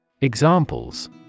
Examples